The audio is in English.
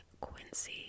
Quincy